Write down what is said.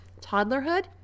toddlerhood